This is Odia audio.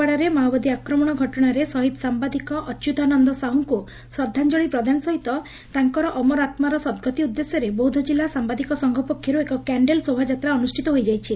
ଡାରେ ମାଓବାଦୀ ଆକ୍ରମଣ ଘଟଶାରେ ଶହୀଦ ସାମ୍ଘାଦିକ ଅଚ୍ୟୁତାନନ୍ଦ ସାହୁଙ୍ଙୁ ଶ୍ରଦ୍ଧାଞ୍ଞଳୀ ପ୍ରଦାନ ସହିତ ତାଙ୍କର ଅମର ଆମାର ସଦଗତି ଉଦ୍ଦେଶ୍ୟରେ ବୌଦ୍ଧଜିଲା ସାମାଦିକ ସଂଘ ପକ୍ଷର୍ ଏକ କ୍ୟାଣ୍ଡେଲ ଶୋଭାଯାତ୍ରା ଅନୁଷ୍ଷିତ ହୋଇଯାଇଛି